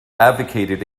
advocated